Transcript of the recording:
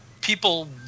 people